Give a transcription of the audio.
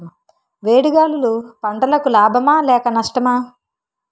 వేడి గాలులు పంటలకు లాభమా లేక నష్టమా?